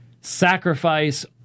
sacrifice